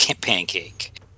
pancake